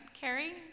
Carrie